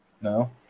No